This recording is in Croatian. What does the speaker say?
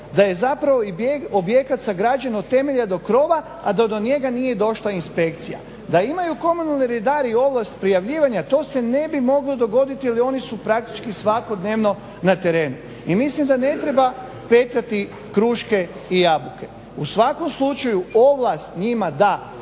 da je zapravo i objekat sagrađen od temelja do krova, a da do njega nije došla inspekcija. Da imaju komunalni redari ovlast prijavljivanja to se ne bi moglo dogoditi jer oni su praktički svakodnevno na terenu. I mislim da ne treba petljati kruške i jabuke. U svakom slučaju, ovlast njima da